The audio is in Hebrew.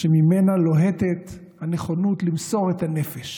שממנה לוהטת הנכונות למסור את הנפש